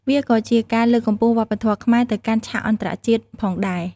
វាក៏ជាការលើកកម្ពស់វប្បធម៌ខ្មែរទៅកាន់ឆាកអន្តរជាតិផងដែរ។